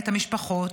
את המשפחות,